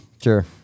Sure